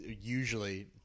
usually